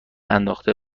انداخته